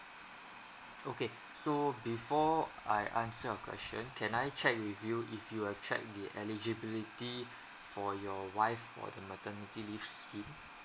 okay so before I answer your question can I check with you if you have checked the eligibility for your wife for the maternity leave scheme